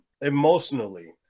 emotionally